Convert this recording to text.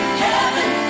heaven